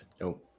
No